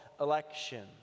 election